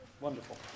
Wonderful